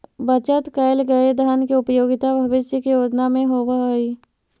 बचत कैल गए धन के उपयोगिता भविष्य के योजना में होवऽ हई